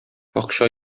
акча